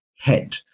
head